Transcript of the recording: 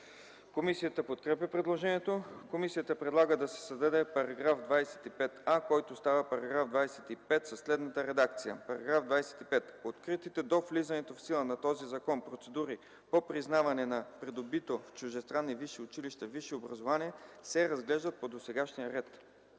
Комисията подкрепя предложението. Комисията предлага да се създаде § 25а, който става § 25 със следната редакция: „§ 25. Откритите до влизането в сила на този закон процедури по признаване на придобито в чуждестранни висши училища висше образование се разглеждат по досегашния ред.”